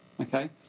Okay